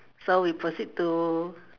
so we proceed to